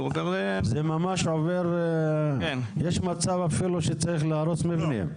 יש מצב אפילו שצריך להרוס מבנים.